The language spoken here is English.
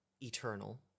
eternal